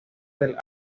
del